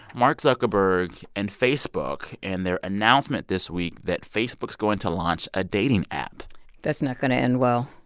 mark zuckerberg and facebook and their announcement this week that facebook's going to launch a dating app that's not going to end well